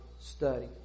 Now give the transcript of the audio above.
study